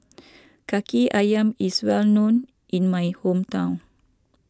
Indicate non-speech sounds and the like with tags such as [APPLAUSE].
[NOISE] Kaki Ayam is well known in my hometown